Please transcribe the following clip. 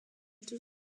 tout